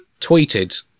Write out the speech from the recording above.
tweeted